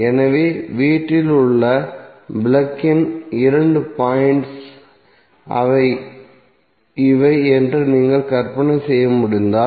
எனவே வீட்டிலுள்ள உங்கள் பிளக் இன் இரண்டு பாய்ண்ட்ஸ் இவை என்று நீங்கள் கற்பனை செய்ய முடிந்தால்